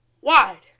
wide